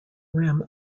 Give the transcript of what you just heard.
rim